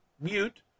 Mute